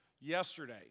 yesterday